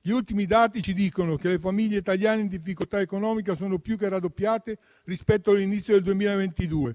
gli ultimi dati ci dicono che le famiglie italiane in difficoltà economica sono più che raddoppiate rispetto all'inizio del 2022,